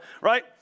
right